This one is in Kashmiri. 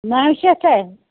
نَو شتھ ہا